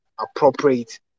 appropriate